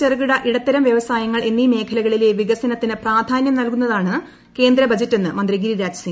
ചെറുകിട ഇടത്തരം വൃപ്പസ്നായങ്ങൾ എന്നീ മേഖലകളിലെ വികസനത്തിനു പ്രാധ്യാന്യും നൽകുന്നതാണ് കേന്ദ്ര ബജറ്റെന്ന് മന്ത്രി ഗിത്രീരാജ് സിങ്